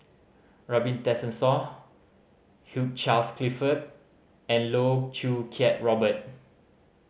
Robin Tessensohn Hugh Charles Clifford and Loh Choo Kiat Robert